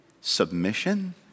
submission